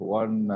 one